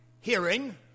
hearing